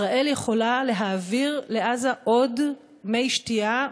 ישראל יכולה להעביר לעזה עוד מי שתייה,